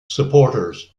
supporters